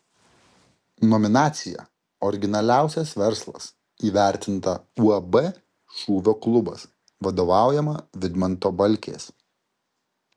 nominacija originaliausias verslas įvertinta uab šūvio klubas vadovaujama vidmanto balkės